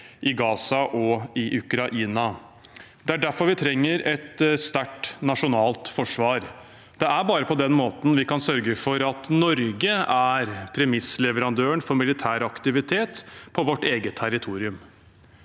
i Gaza og i Ukraina. Det er derfor vi trenger et sterkt nasjonalt forsvar. Det er bare på den måten vi kan sørge for at Norge er premissleverandøren for militær aktivitet på vårt eget territorium.